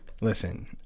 Listen